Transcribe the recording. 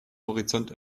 horizont